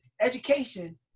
education